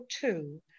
two